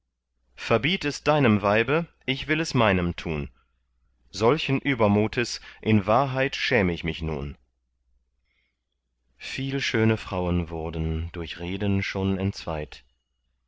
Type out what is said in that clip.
es deinem weibe ich will es meinem tun solchen übermutes in wahrheit schäm ich mich nun viel schöne frauen wurden durch reden schon entzweit